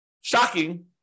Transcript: shocking